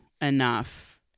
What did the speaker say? enough